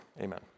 amen